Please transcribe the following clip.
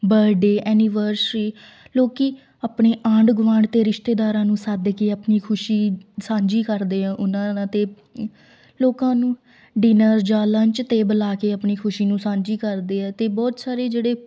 birthday anniversary ਲੋਕੀਂ ਆਪਣੇ ਆਂਢ ਗਵਾਂਢ ਦੇ ਰਿਸ਼ਤੇਦਾਰਾਂ ਨੂੰ ਸੱਦ ਕੇ ਆਪਣੀ ਖੁਸ਼ੀ ਸਾਂਝੀ ਕਰਦੇ ਆ ਉਹਨਾਂ ਨਾਲ਼ ਅਤੇ ਲੋਕਾਂ ਨੂੰ ਡਿਨਰ ਜਾਂ ਲੰਚ 'ਤੇ ਬੁਲਾ ਕੇ ਆਪਣੀ ਖੁਸ਼ੀ ਨੂੰ ਸਾਂਝੀ ਕਰਦੇ ਆ ਅਤੇ ਬਹੁਤ ਸਾਰੇ ਜਿਹੜੇ